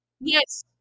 Yes